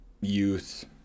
youth